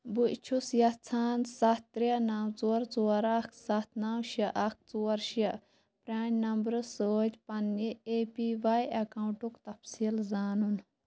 بہٕ چھُس یَژھان سَتھ ترٛےٚ نَو ژور ژور اَکھ سَتھ نَو شےٚ اَکھ ژور شےٚ پرانہِ نمبرٕ سۭتۍ پنٕنہِ اےٚ پی واٮٔی اَکاؤنٹُک تَفصیٖل زانُن